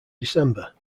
december